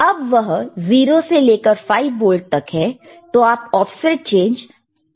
पर अब वह 0 से लेकर 5 वोल्ट तक है तो आप ऑफसेट चेंज कर सकते हैं